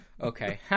Okay